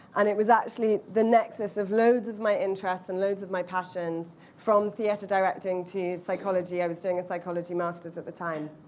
and it was actually the nexus of loads of my interest and loads of my passions from theater directing to psychology i was doing a psychology master's at the time.